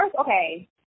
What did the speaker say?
okay